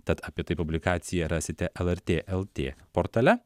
tad apie tai publikaciją rasite lrt lt portale